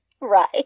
right